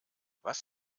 was